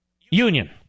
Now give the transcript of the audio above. Union